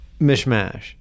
mishmash